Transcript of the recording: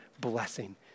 blessing